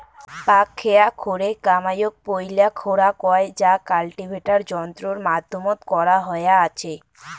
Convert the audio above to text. পাকখেয়া খোরে কামাইয়ক পৈলা খোরা কয় যা কাল্টিভেটার যন্ত্রর মাধ্যমত করা হয়া আচে